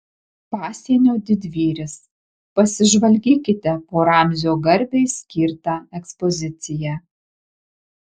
pasienio didvyris pasižvalgykite po ramzio garbei skirtą ekspoziciją